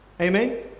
Amen